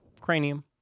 Cranium